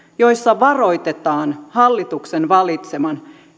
joissa varoitetaan hallituksen valitseman